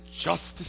justice